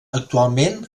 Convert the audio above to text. actualment